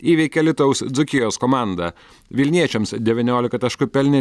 įveikė alytaus dzūkijos komandą vilniečiams devyniolika taškų pelnė